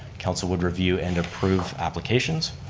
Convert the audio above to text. council would review and approve applications,